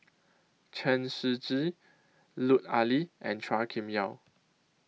Chen Shiji Lut Ali and Chua Kim Yeow